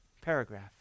paragraph